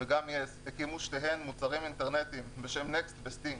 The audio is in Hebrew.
וגם יס הקימו שתיהן מוצרים אינטרנטיים בשם נקסט וסטינג.